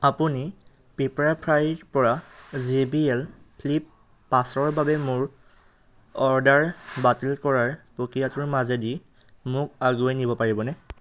আপুনি পেপাৰফ্ৰাইৰপৰা J B L Flip পাঁচৰ বাবে মোৰ অৰ্ডাৰ বাতিল কৰাৰ প্ৰক্ৰিয়াটোৰ মাজেদি মোক আগুৱাই নিব পাৰিবনে